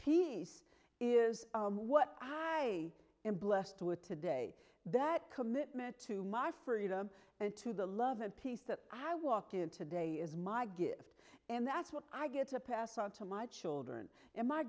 peace is what i am blessed with today that commitment to my freedom and to the love and peace that i walked in today is my gift and that's what i get a pass on to my children and my